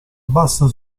bassa